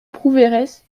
prouveiresse